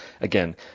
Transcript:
again